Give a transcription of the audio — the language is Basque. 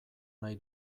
nahi